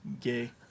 gay